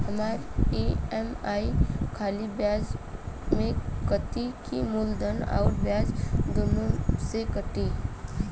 हमार ई.एम.आई खाली ब्याज में कती की मूलधन अउर ब्याज दोनों में से कटी?